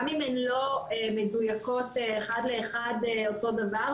גם אם הן לא מדויקות אחד לאחד אותו דבר,